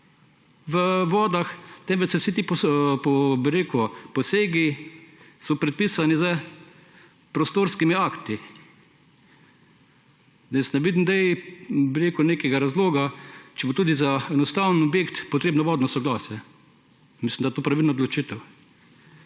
ne podpira, temveč so vsi ti posegi predpisani s prostorskimi akti. Jaz ne vidim sedaj nekega razloga, če bo tudi za enostaven objekt potrebno vodno soglasje, mislim, da je to pravilna odločitev.